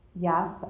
Yes